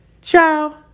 Ciao